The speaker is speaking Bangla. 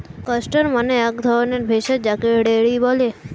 ক্যাস্টর মানে এক ধরণের ভেষজ যাকে রেড়ি বলে